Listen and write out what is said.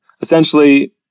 essentially